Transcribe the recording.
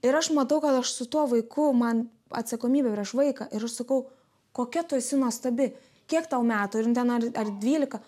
ir aš matau kad aš su tuo vaiku man atsakomybė ir aš vaiką ir aš sakau kokia tu esi nuostabi kiek tau metų ir ten ar dvylika